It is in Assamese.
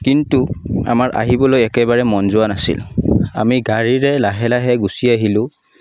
কিন্তু আমাৰ আহিবলৈ একেবাৰে মন যোৱা নাছিল আমি গাড়ীৰে লাহে লাহে গুছি আহিলোঁ